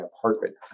apartment